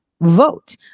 Vote